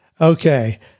Okay